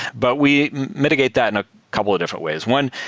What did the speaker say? but we mitigate that in a couple of different ways. one,